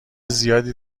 زیادی